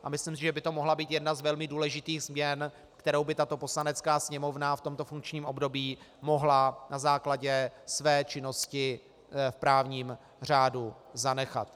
A myslím si, že by to mohla být jedna z velmi důležitých změn, kterou by tato Poslanecká sněmovna v tomto funkčním období mohla na základě své činnosti v právním řádu zanechat.